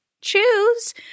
choose